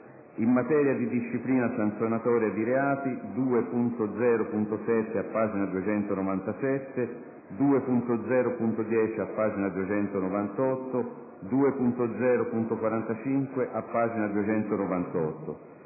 in materia di disciplina sanzionatoria di reati: 2.0.7 (pag. 297); 2.0.10 (pag. 298); 2.0.45 (pag. 298).